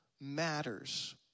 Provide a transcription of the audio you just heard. matters